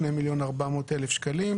2.400 מיליון שקלים.